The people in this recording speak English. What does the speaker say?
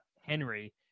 Henry